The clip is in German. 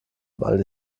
weil